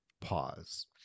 pause